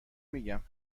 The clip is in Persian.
میگم